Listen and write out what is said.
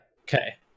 Okay